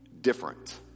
different